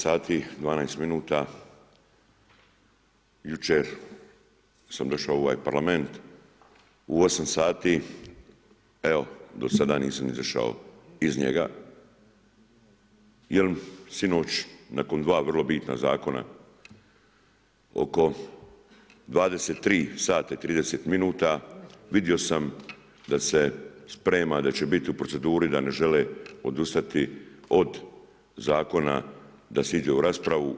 16 sati 12 minuta jučer sam došao u ovaj Parlament i 8 sati, evo do sada nisam izašao iz njega jel sinoć nakon dva vrlo bitna zakona oko 23,30 vidio sam da se sprema da će biti u proceduri, da ne žele odustati od zakona da se ide u raspravu.